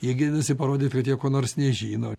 jie gėdinasi parodyt kad jie ko nors nežino